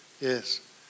yes